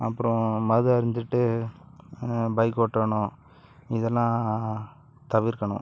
அப்புறம் மது அருந்திவிட்டு பைக் ஓட்டுறானோ இதெல்லாம் தவிர்க்கணும்